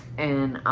and,